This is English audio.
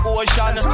ocean